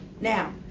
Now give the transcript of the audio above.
Now